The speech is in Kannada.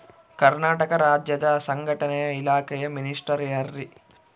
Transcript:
ಕರ್ನಾಟಕ ರಾಜ್ಯದ ಸಂಘಟನೆ ಇಲಾಖೆಯ ಮಿನಿಸ್ಟರ್ ಯಾರ್ರಿ?